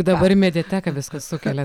dabar į mediateką viską sukelia